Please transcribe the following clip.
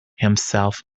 himself